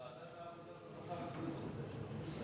ועדת העבודה, הרווחה והבריאות.